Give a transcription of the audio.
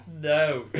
No